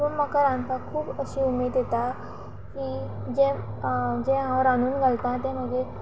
पूण म्हाका रांदपाक खूब अशी उमेद येता की जे जे हांव रांदून घालता तें मागीर